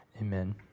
Amen